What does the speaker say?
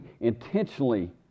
intentionally